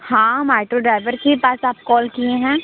हाँ micro driver के पास आप कॉल किए हैं